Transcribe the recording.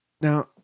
Now